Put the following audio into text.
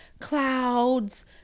clouds